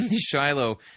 Shiloh